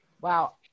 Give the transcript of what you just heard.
Wow